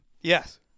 Yes